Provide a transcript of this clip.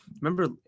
Remember